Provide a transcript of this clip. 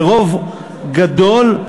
ברוב גדול,